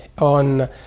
on